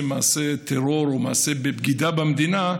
מעשה טרור או מעשה של בגידה במדינה,